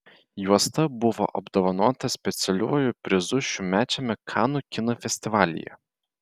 juosta buvo apdovanota specialiuoju prizu šiųmečiame kanų kino festivalyje